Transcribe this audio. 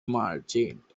merchant